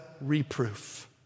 reproof